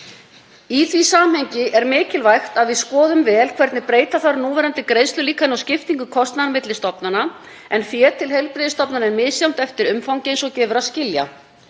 Í því samhengi er mikilvægt að við skoðum vel hvernig breyta þarf núverandi greiðslulíkani og skiptingu kostnaðar milli stofnana en fé til heilbrigðisstofnana er misjafnt eftir umfangi eins og gefur að skilja.